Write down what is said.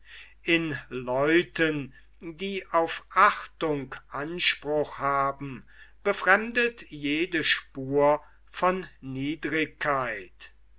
in leuten die auf achtung anspruch haben befremdet jede spur von niedrigkeit